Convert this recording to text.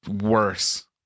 worse